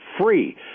free